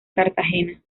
cartagena